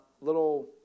little